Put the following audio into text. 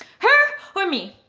her, or me.